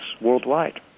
worldwide